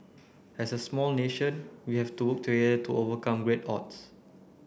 as a small nation we have to work together to overcome great odds